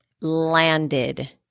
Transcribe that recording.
landed